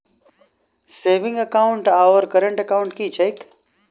Saving account आओर current account की छैक?